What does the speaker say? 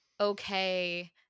okay